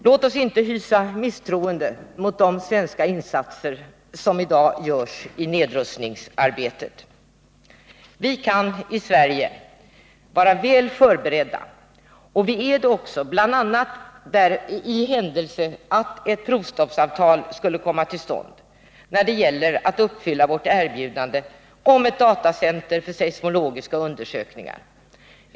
Låt oss inte hysa misstro mot de svenska insatser som i dag görs i nedrustningsarbetet. I händelse att ett provstoppsavtal skulle komma till stånd kan vi i Sverige vara väl förberedda — och vi är det också — när det gäller att uppfylla vårt erbjudande om ett datacentrum för seismologiska undersökningar.